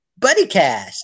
BuddyCast